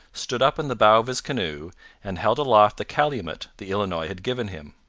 stood up in the bow of his canoe and held aloft the calumet the illinois had given him.